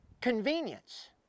convenience